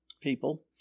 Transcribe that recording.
people